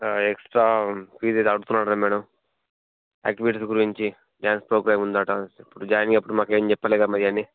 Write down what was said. extra fees ఏదో అడుగుతున్నారు గదా మేడం ఆక్టివిటీస్ గురించి డాన్స్ ప్రోగ్రామ్ ఉంటుందంట చప్పుడు జాయిన్ అయ్యేటప్పుడు మాకేం చెప్పలేదు కదా మరి ఇవన్నీ